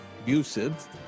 abusive